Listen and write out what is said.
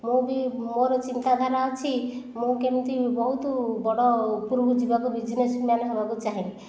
ମୁଁ ବି ମୋର ଚିନ୍ତାଧାରା ଅଛି ମୁଁ କେମିତି ବହୁତ ବଡ଼ ଉପରକୁ ଯିବାକୁ ବିଜନେସ୍ ମ୍ୟାନ୍ ହେବାକୁ ଚାହେଁ